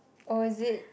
oh is it